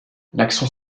l’action